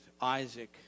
Isaac